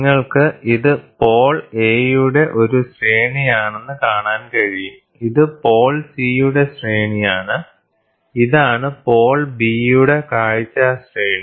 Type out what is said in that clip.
നിങ്ങൾക്ക് ഇത് pole A യുടെ ഒരു ശ്രേണിയാണെന്ന് കാണാൻ കഴിയും ഇത് പോൾ C യുടെ ശ്രേണിയാണ് ഇതാണ് പോൾ B യുടെ കാഴ്ച ശ്രേണി